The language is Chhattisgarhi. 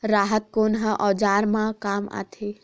राहत कोन ह औजार मा काम आथे?